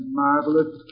marvelous